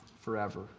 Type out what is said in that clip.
forever